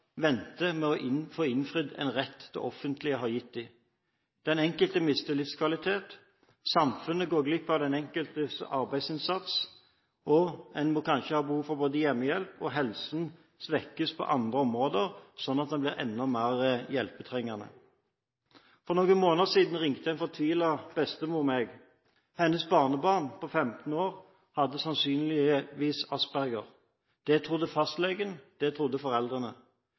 med å få innfridd en rett det offentlige har gitt dem. Den enkelte mister livskvalitet, samfunnet går glipp av den enkeltes arbeidsinnsats. En har kanskje behov for hjemmehjelp, og helsen svekkes på andre områder – sånn at en blir enda mer hjelpetrengende. For noen måneder siden ringte en fortvilet bestemor meg. Hennes barnebarn på femten år hadde sannsynligvis Asperger – det trodde fastlegen, det trodde foreldrene.